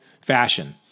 fashion